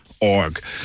org